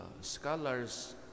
scholars